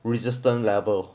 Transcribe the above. resistance level